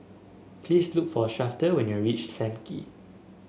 please look for Shafter when you reach Sam Kee